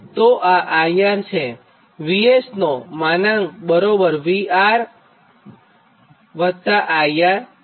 તો આ IR છે VS નો માનાંક બરાબર |VR| વત્તા IR છે